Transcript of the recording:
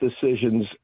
decisions